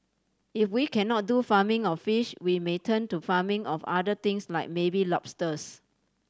if we cannot do farming of fish we may turn to farming of other things like maybe lobsters